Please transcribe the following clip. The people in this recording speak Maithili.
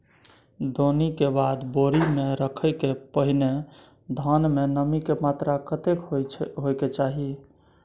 दौनी के बाद बोरी में रखय के पहिने धान में नमी के मात्रा कतेक होय के चाही?